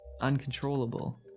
uncontrollable